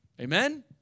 Amen